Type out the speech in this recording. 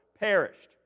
perished